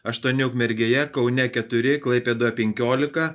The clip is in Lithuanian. aštuoni ukmergėje kaune keturi klaipėdoje penkiolika